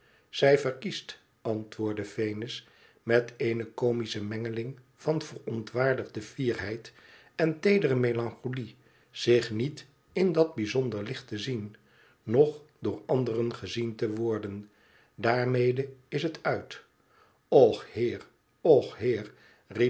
zij verkiest antwoordde venus met eene comische mengeling van verontwaardigde fierheid en teedere melancholie zich niet in dat bijzondere licht te zien noch door anderen gezien te worden daarmede is het uit och heer och heer